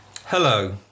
hello